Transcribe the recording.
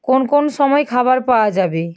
কোন কোন সময়ে খাবার পাওয়া যাবে